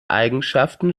eigenschaften